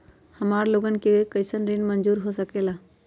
हमार लोगन के कइसन ऋण मंजूर हो सकेला?